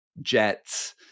jets